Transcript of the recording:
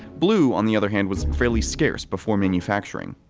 blue, on the other hand, was fairly scarce before manufacturing.